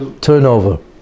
Turnover